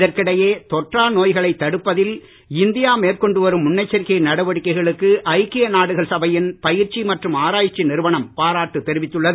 இதற்கிடையே தொற்றா நோய்களை தடுப்பதில் இந்தியா மேற்கொண்டு வரும் முன்னெச்சரிக்கை நடவடிக்கைகளுக்கு ஐக்கிய நாடுகள் சபையின் பயிற்சி மற்றும் ஆராய்ச்சி நிறுவனம் பாராட்டு தெரிவித்துள்ளது